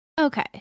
Okay